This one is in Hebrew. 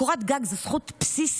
קורת גג זו זכות בסיסית,